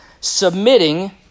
submitting